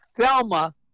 Thelma